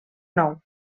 nou